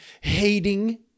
hating